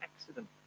accident